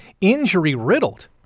injury-riddled